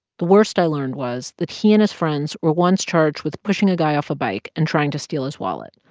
the worst i learned was that he and his friends were once charged with pushing a guy off a bike and trying to steal his wallet.